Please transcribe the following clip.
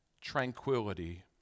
tranquility